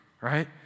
right